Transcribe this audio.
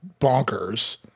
bonkers